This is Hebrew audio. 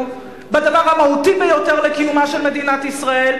בדבר המהותי ביותר לקיומה של מדינת ישראל,